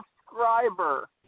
subscriber